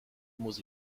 muss